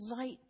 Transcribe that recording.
light